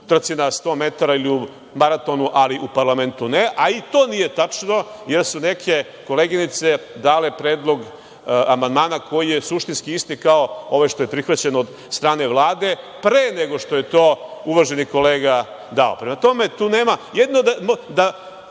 u trci na sto metara ili u maratonu, ali u parlamentu ne, a i to nije tačno, jer su neke koleginice dale predlog amandmana, koji je suštinski isti kao i ovaj prihvaćeni od strane Vlade, pre nego što je to uvaženi kolega dao. Morate da imate sluh